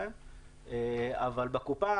אבל בקופה,